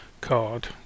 card